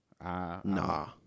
Nah